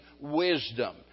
wisdom